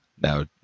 now